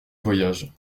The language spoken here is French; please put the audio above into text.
voyage